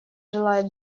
желает